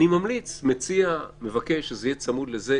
אני ממליץ, מציע, מבקש שזה יהיה צמוד לזה.